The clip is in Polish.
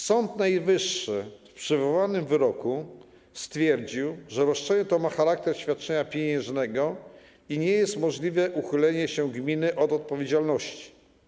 Sąd Najwyższy w przywołanym wyroku stwierdził, że roszczenie to ma charakter świadczenia pieniężnego i nie jest możliwe uchylenie się gminy od odpowiedzialności.